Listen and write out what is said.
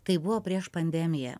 tai buvo prieš pandemiją